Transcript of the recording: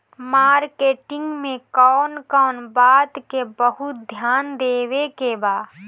Marketing मे कौन कौन बात के बहुत ध्यान देवे के बा?